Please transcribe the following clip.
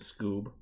scoob